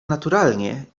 naturalnie